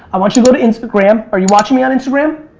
i want you to go to instagram. are you watching me on instagram?